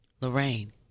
Lorraine